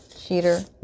cheater